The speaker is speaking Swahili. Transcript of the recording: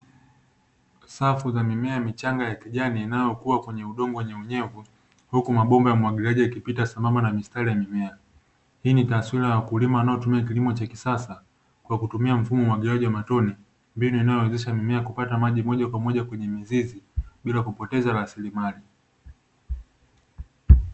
Safu za mimea michanga ya kijani inayokua kwenye udongo wenye unyevu, huku mabomba ya umwagiliaji yakipita sambamba mistari ya mimea. hii ni taswira ya wakulima wanaotumia kilimo cha kisasa kwa kutumia mfumo wa umwagiliaji wa matone mbinu inayowezesha mimea kupata maji moja kwa moja kwenye mizizi bila kupoteza rasilimali.